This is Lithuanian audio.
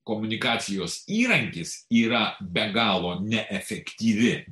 komunikacijos įrankis yra be galo neefektyvi